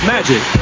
Magic